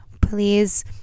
please